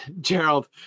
Gerald